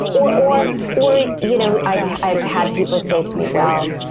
or, or or you know, i've, i've had people say to me, well,